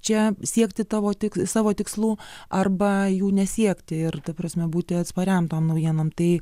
čia siekti tavo tik savo tikslų arba jų nesiekti ir ta prasme būti atspariam tom naujienom tai